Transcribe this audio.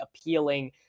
appealing